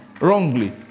wrongly